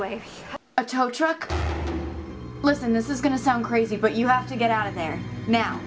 way a tow truck listen this is going to sound crazy but you have to get out of there now